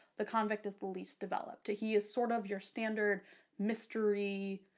the convict is the least developed. he is sort of your standard mystery